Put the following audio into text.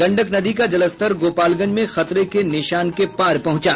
गंडक नदी का जलस्तर गोपालगंज में खतरे के निशान के पार पहुंचा